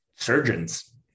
surgeons